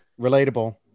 relatable